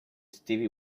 stevie